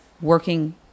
working